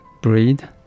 breed